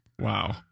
Wow